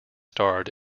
starred